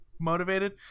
motivated